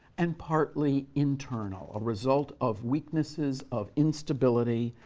and partly internal, a result of weaknesses, of instability,